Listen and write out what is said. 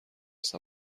است